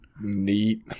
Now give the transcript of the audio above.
Neat